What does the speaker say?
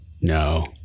No